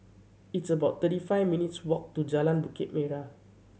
it's about thirty five minutes' walk to Jalan Bukit Merah